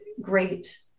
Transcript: great